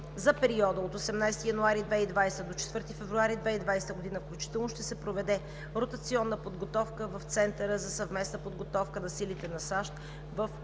за периода от 18 януари 2020 г. до 4 февруари 2020 г. включително ще се проведе ротационна подготовка в Центъра за съвместна подготовка на силите на САЩ в Хохенфелс,